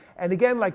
and again like